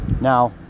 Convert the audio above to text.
Now